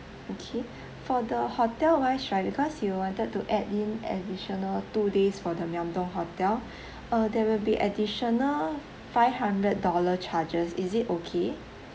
okay for the hotel wise right because you wanted to add in additional two days for the myeongdong hotel uh there will be additional five hundred dollar charges is it okay